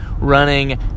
running